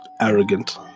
arrogant